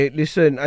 listen